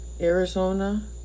Arizona